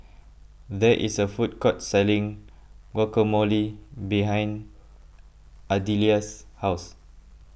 there is a food court selling Guacamole behind Adelia's house